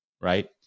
right